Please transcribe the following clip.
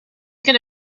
could